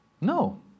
No